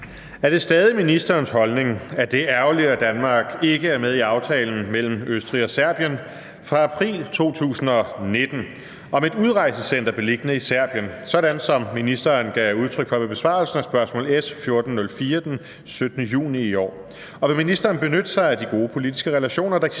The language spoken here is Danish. Er det stadig ministerens holdning, at det er ærgerligt, at Danmark ikke er med i aftalen mellem Østrig og Serbien fra april 2019 om et udrejsecenter beliggende i Serbien, sådan som ministeren gav udtryk for ved besvarelsen af spørgsmål S 1406 den 17. juni 2020, og vil ministeren benytte sig af de gode politiske relationer, der eksisterer